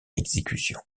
exécution